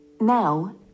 Now